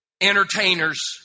entertainers